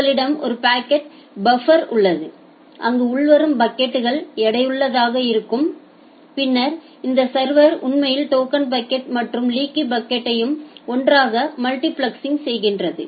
உங்களிடம் ஒரு packet buffer உள்ளது அங்கு உள்வரும் பாக்கெட்கள் எடையுள்ளதாக இருக்கும் பின்னர் இந்த சர்வர் உண்மையில் டோக்கன் பக்கெட் மற்றும் லீக்கி பக்கெட்யும் ஒன்றாக மல்டிபிளக்ஸ் செய்கிறது